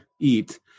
eat